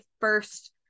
first